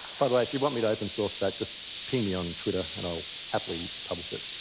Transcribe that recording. by the way, if you want me to open source that, just ping me on twitter and i'll happily publish it.